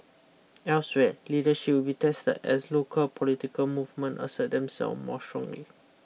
elsewhere leadership will be tested as local political movement assert themselves more strongly